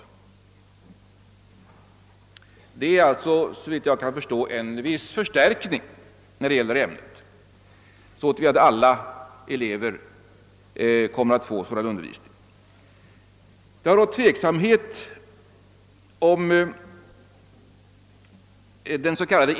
Detta innebär alltså, såvitt jag kan förstå, en viss förstärkning av detta ämne. Det har rått tveksamhet om huruvida den sk.